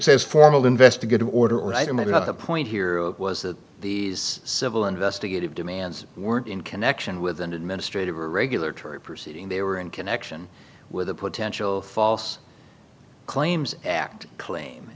says formal investigative order right or maybe not the point here was that these civil investigative demands weren't in connection with an administrative or regular terry proceeding they were in connection with a potential false claims act claim